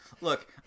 look